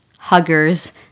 huggers